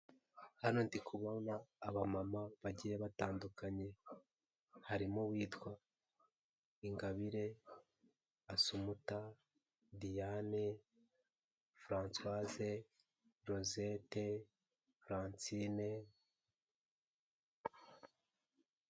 Hano ndi kubona abamama bagiye batandukanye harimo uwitwa Ingabire, Assoumpt, Diane, Francoise, Rosette, Francine.